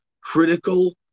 critical